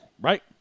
Right